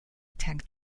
tag